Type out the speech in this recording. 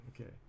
Okay